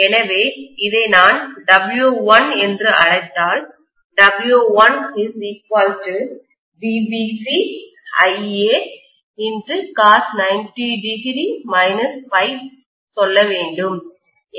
எனவே இதை நான் W1 என்று அழைத்தால் W1 VBC IA cos 90 °∅ சொல்ல வேண்டும்